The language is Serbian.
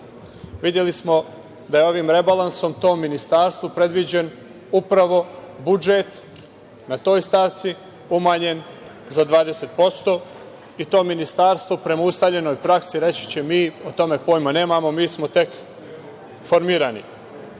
videli smo da je ovim rebalansom tom ministarstvu predviđen upravo budžet na toj stavci umanjen za 20% i to ministarstvo, prema ustaljenoj praksi, reći će – mi o tome pojma nemamo, mi smo tek formirani. Ovo